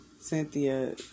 Cynthia